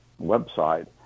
website